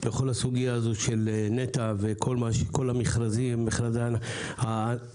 בכל הסוגיה הזאת של נת"ע וכל המכרזים, מכרזי העתק.